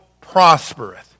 prospereth